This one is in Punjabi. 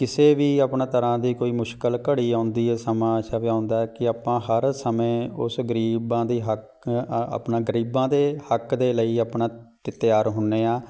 ਕਿਸੇ ਵੀ ਆਪਣਾ ਤਰਾਂ ਦੀ ਕੋਈ ਮੁਸ਼ਕਿਲ ਘੜੀ ਆਉਂਦੀ ਹੈ ਸਮਾਂ ਐਸਾ ਵੀ ਆਉਂਦਾ ਕਿ ਆਪਾਂ ਹਰ ਸਮੇਂ ਉਸ ਗਰੀਬਾਂ ਦੀ ਹੱਕ ਆਪਣਾ ਗਰੀਬਾਂ ਦੇ ਹੱਕ ਦੇ ਲਈ ਆਪਣਾ ਤ ਤਿਆਰ ਹੁੰਦੇ ਹਾਂ